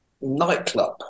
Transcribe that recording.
Nightclub